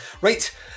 right